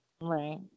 right